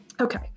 Okay